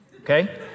okay